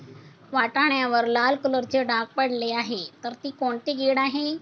वाटाण्यावर लाल कलरचे डाग पडले आहे तर ती कोणती कीड आहे?